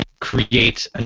Create